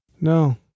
No